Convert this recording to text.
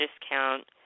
discount